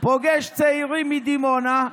פוגש צעירים מדימונה,